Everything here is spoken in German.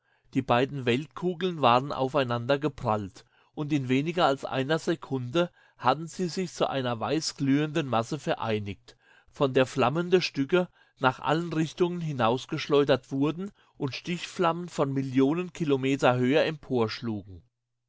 die beiden weltkugeln waren auf einandergeprallt und in weniger als einer sekunde hatten sie sich zu einer weißglühenden masse vereinigt von der flammende stücke nach allen richtungen hinausgeschleudert wurden und stichflammen von millionen kilometer höhe